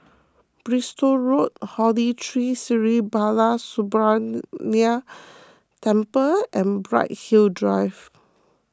Bristol Road Holy Tree Sri Balasubramaniar Temple and Bright Hill Drive